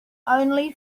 only